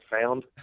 found